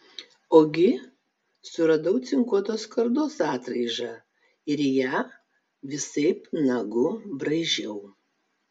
ogi suradau cinkuotos skardos atraižą ir ją visaip nagu braižiau